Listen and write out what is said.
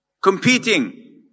Competing